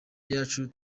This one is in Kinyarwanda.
yacu